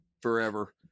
forever